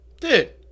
Dude